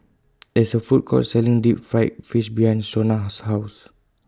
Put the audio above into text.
There IS A Food Court Selling Deep Fried Fish behind Shona's House